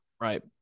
Right